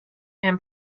and